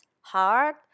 hard